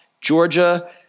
Georgia